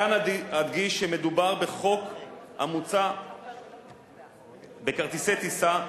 כאן אדגיש שמדובר בחוק המוצע בכרטיסי טיסה,